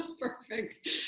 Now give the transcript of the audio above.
Perfect